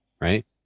right